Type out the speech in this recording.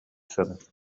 саныыр